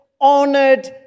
honored